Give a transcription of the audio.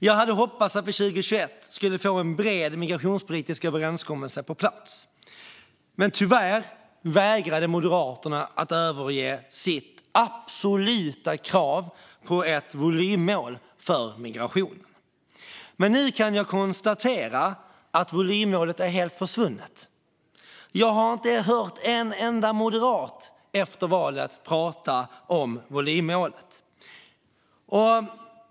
Jag hade hoppats att vi 2021 skulle få en bred migrationspolitisk överenskommelse på plats, men tyvärr vägrade Moderaterna att överge sitt absoluta krav på ett volymmål för migrationen. Nu kan jag konstatera att volymmålet är helt försvunnet. Jag har inte hört en enda moderat prata om det efter valet.